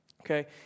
okay